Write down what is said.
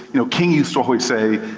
you know, king used to always say,